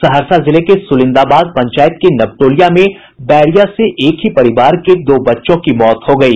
सहरसा जिले के सुलिंदाबाद पंचायत के नवटोलिया में डायरिया से एक ही परिवार के दो बच्चों की मौत हो गयी